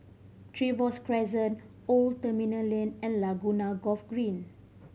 Trevose Crescent Old Terminal Lane and Laguna Golf Green